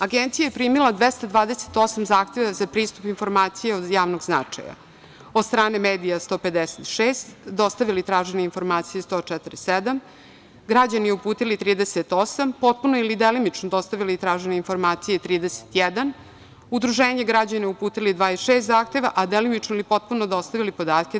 Agencija je primila 228 zahteva za pristup informacijama od javnog značaja – od strane medija 156, dostavili tražene informacije 147, građani uputili 38, potpuno ili delimično dostavili tražene informacije 31, udruženju građana uputili 26 zahteva, a delimično ili potpuno dostavili podatke 25.